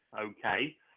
okay